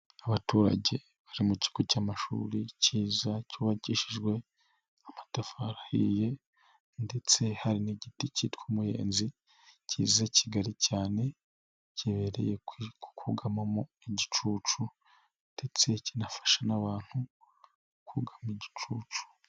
Abaturage bari mu kigo cy'amashuri kiyiza, cyubakishijwe amatafari ahiye ndetse hari n'igiti cyitwa umuyenzi, kiza kigari cyane kibereye kugamamo igicucu ndetse kinafasha n'abantu kugama igicucu.